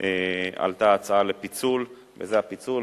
עלתה ההצעה לפיצול, וזה הפיצול.